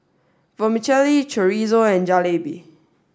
Vermicelli Chorizo and Jalebi